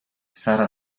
sara